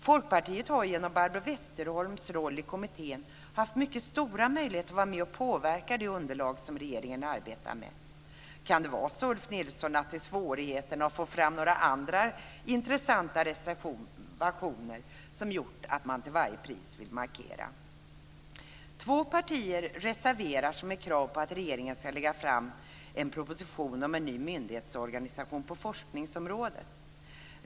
Folkpartiet har ju genom Barbro Westerholms roll i kommittén haft mycket stora möjligheter att vara med och påverka det underlag som regeringen arbetar med. Kan det vara, Ulf Nilsson, svårigheterna att få fram några andra intressanta reservationer som gjort att man till varje pris vill markera? Två partier reserverar sig med krav på att regeringen ska lägga fram en proposition om en ny myndigetsorganisation på forskningsområdet.